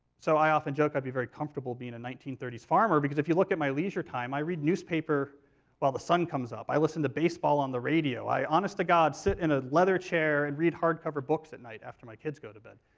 so i often joke i'd be very comfortable being a nineteen thirty s farmer, because if you look at my leisure time, i read the newspaper while the sun comes up i listen to baseball on the radio i honest-to-god sit in a leather chair and read hardcover books at night after my kids go to bed.